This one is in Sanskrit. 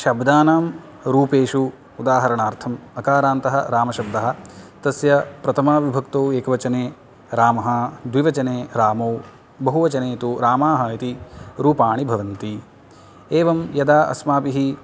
शब्दानां रूपेषु उदाहरणार्थं अकारान्तः रामशब्दः तस्य प्रथमाविभक्तौ एकवचने रामः द्विवचने रामौ बहुवचने तु रामाः इति रूपाणि भवन्ति एवं यदा अस्माभिः